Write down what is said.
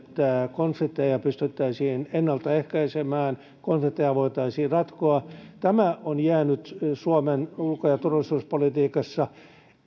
konflikteja pystyttäisiin ennalta ehkäisemään konflikteja voitaisiin ratkoa on jäänyt suomen ulko ja turvallisuuspolitiikassa